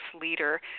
leader